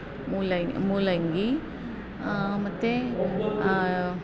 ಮೂಲ ಮೂಲಂಗಿ ಮತ್ತು